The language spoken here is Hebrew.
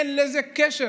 אין לזה קשר.